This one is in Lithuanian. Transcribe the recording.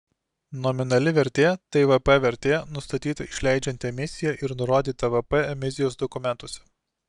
nominali vertė tai vp vertė nustatyta išleidžiant emisiją ir nurodyta vp emisijos dokumentuose